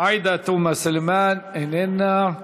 עאידה תומא סלימאן, איננה.